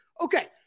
Okay